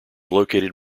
located